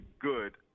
good